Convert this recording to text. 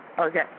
Okay